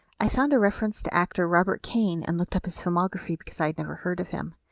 i found a reference to actor robert caine and looked up his filmography because i had never heard of him.